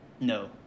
No